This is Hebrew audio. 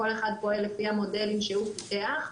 כל אחד פועל לפי המודלים שהוא פיתח.